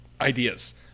ideas